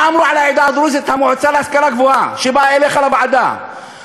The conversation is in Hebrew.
מה אמרה המועצה להשכלה גבוהה שבאה אליך לוועדה על העדה הדרוזית?